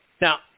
Now